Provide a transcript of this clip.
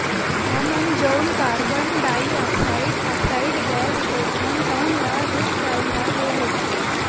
हमन जउन carbon dioxide oxide gas छोड़थन तउन ल रूख राई ह ले लेथे